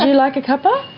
and like a cuppa?